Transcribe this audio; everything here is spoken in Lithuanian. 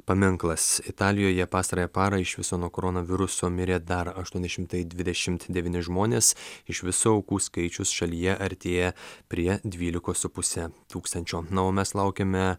paminklas italijoje pastarąją parą iš viso nuo koronaviruso mirė dar aštuoni šimtai dvidešimt devyni žmonės iš viso aukų skaičius šalyje artėja prie dvylikos su puse tūkstančio na o mes laukiame